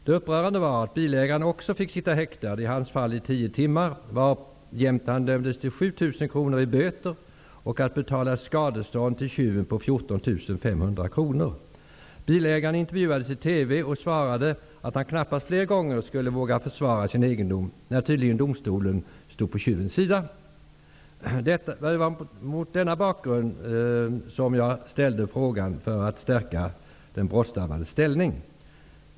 Det upprörande var att också bilägaren fick sitta häktad, i hans fall i tio timmar, varjämte han dömdes till 7 000 kr i böter och till att betala skadestånd till tjuven på 14 500 kr. Bilägaren intervjuades i TV och sade att han knappast flera gånger skulle våga försvara sin egendom, när tydligen domstolen stod på tjuvens sida. Det var mot denna bakgrund som jag ställde min fråga i syfte att stärka den brottsdrabbades ställning.